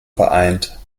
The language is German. vereint